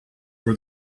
were